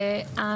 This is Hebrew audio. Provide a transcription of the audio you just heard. הזה?